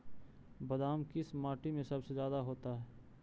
बादाम किस माटी में सबसे ज्यादा होता है?